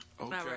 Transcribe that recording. Okay